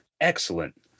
excellent